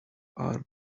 are